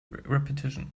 repetition